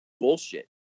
bullshit